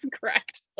correct